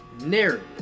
narrative